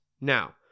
Now